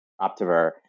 OptiVer